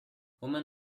woman